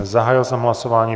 Zahájil jsem hlasování.